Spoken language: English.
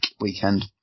weekend